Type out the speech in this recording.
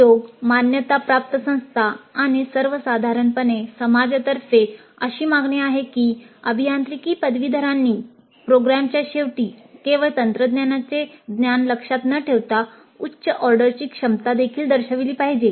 उद्योग मान्यताप्राप्त संस्था आणि सर्वसाधारणपणे समाजातर्फे अशी मागणी आहे की अभियांत्रिकी पदवीधरांनी प्रोग्रामच्या शेवटी केवळ तंत्रज्ञानाचे ज्ञान लक्षात न ठेवता उच्च ऑर्डरची क्षमता देखील दर्शविली पाहिजे